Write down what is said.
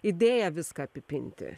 idėja viską apipinti